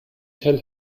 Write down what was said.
tell